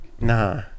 Nah